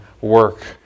work